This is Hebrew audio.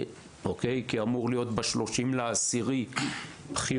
ב-30 לאוקטובר.